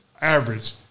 average